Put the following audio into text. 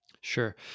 Sure